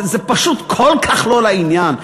זה פשוט כל כך לא לעניין,